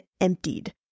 emptied